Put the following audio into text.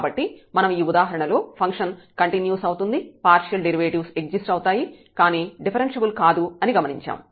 కాబట్టి మనం ఈ ఉదాహరణ లో ఫంక్షన్ కంటిన్యూస్ అవుతుంది పార్షియల్ డెరివేటివ్స్ ఎగ్జిస్ట్ అవుతాయి కానీ డిఫరెన్ష్యబుల్ కాదు అని గమనించాము